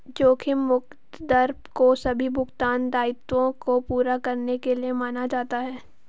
जोखिम मुक्त दर को सभी भुगतान दायित्वों को पूरा करने के लिए माना जाता है